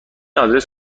آدرس